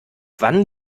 wann